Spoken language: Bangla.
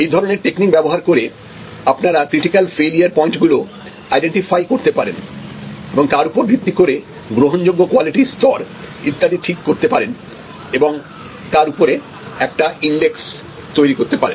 এই ধরনের টেকনিক ব্যবহার করে আপনারা ক্রিটিকাল ফেলিওর পয়েন্ট গুলো আইডেন্টিফাই করতে পারেন এবং তার ওপরে ভিত্তি করে গ্রহণযোগ্য কোয়ালিটি স্তর ইত্যাদি ঠিক করতে পারেন এবং তার ওপরে একটা ইন্ডেক্স তৈরি করতে পারেন